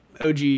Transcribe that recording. OG